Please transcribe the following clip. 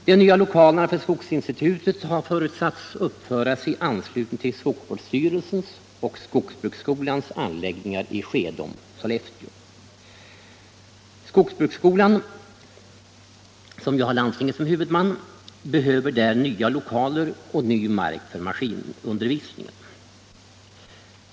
De nya lokalerna för skogsinstitutet har förutsatts bli uppförda i an Skogsbruksskolan, som har landstinget som huvudman, behöver nya lokaler och ny mark för maskinundervisningen.